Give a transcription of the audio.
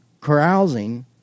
carousing